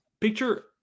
picture